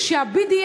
שה-BDS,